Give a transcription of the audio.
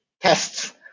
tests